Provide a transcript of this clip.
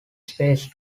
space